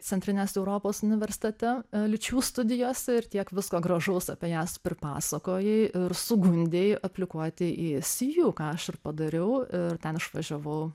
centrinės europos universitete lyčių studijose ir tiek visko gražaus apie jas pripasakojai ir sugundei aplikuoti į see you ką aš ir padariau ir ten išvažiavau